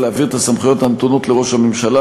להעביר את הסמכויות הנתונות לראש הממשלה